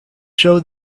show